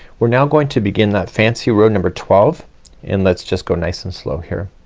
we're now going to begin that fancy row number twelve and let's just go nice and slow here.